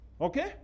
Okay